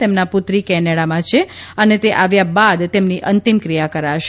તેમના પુત્રી કેનેડામાં છે અને તે આવ્યા બાદ તેમની અંતિમક્રિયા કરાશે